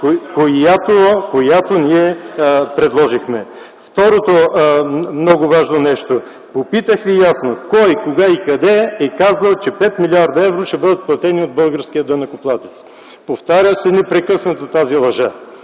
която ние предложихме. Второто много важно нещо, попитах Ви много ясно: кой, кога и къде е казал, че 5 млрд. евро ще бъдат платени от българския данъкоплатец? Повтаря се непрекъснато тази лъжа.